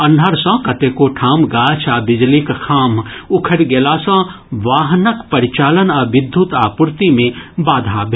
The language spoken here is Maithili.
अन्हर सँ कतेको ठाम गाछ आ बिजलीक खाम्ह उखड़ि गेला सँ वाहनक परिचालन आ विद्युत आपूर्ति मे बाधा भेल